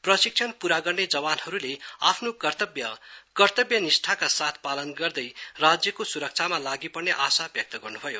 प्रशिक्षम पूरा गर्ने जवानहरूले आफ्नो कर्तव्य कर्तव्यनिष्ठाका साथ पालन गर्दै राज्यको सुरक्षामा लागी पर्ने आशा व्यक्त गर्न्भयो